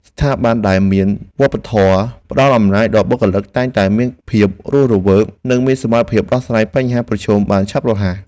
ស្ថាប័នដែលមានវប្បធម៌ផ្តល់អំណាចដល់បុគ្គលិកតែងតែមានភាពរស់រវើក និងមានសមត្ថភាពដោះស្រាយបញ្ហាប្រឈមបានឆាប់រហ័ស។